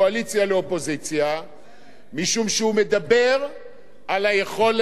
משום שהוא מדבר על היכולת לנסות להכניע את